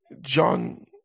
John